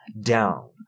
down